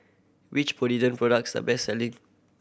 which Polident products the best selling